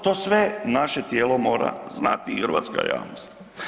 To sve naše tijelo mora znati i hrvatska javnost.